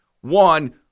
one